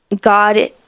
God